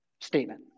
statement